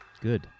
Good